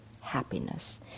happiness